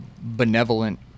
benevolent